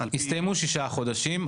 הסתיימו ששה חודשים,